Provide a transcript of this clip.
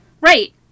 Right